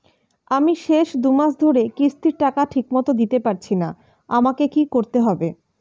আমি শেষ দুমাস ধরে কিস্তির টাকা ঠিকমতো দিতে পারছিনা আমার কি করতে হবে?